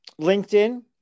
LinkedIn